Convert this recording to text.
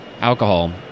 alcohol